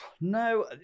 No